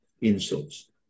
insults